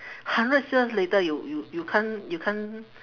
hundred years later you you you can't you can't